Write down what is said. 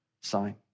sign